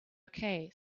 okay